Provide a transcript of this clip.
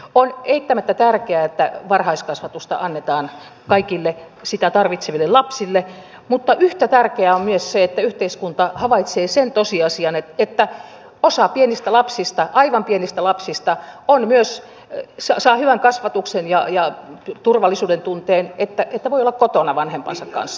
on eittämättä tärkeää että varhaiskasvatusta annetaan kaikille sitä tarvitseville lapsille mutta yhtä tärkeää on myös se että yhteiskunta havaitsee sen tosiasian että osa pienistä lapsista aivan pienistä lapsista saa hyvän kasvatuksen ja turvallisuuden tunteen kun voi olla kotona vanhempansa kanssa